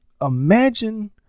imagine